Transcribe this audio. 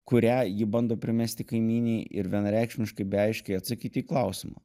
kurią ji bando primesti kaimynei ir vienareikšmiškai bei aiškiai atsakyti į klausimą